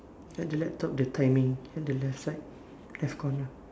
ya the laptop the timing at the left side left corner